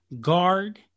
guard